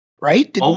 right